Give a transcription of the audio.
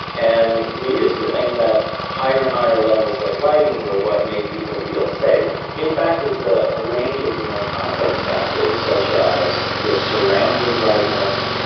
and we used to think that higher and higher levels of lighting were what made people feel safe. in fact it's a ah range of more complex factors such as the surrounding brightness,